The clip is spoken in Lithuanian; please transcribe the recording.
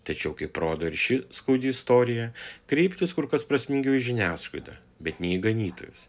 tačiau kaip rodo ir ši skaudi istorija kreiptis kur kas prasmingiau į žiniasklaidą bet ne į ganytojus